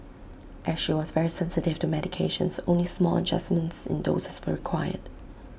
as she was very sensitive to medications only small adjustments in doses were required